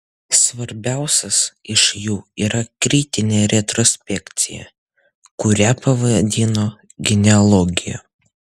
svarbiausias iš jų yra kritinė retrospekcija kurią pavadino genealogija